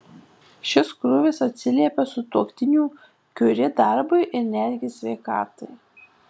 šis krūvis atsiliepia sutuoktinių kiuri darbui ir netgi sveikatai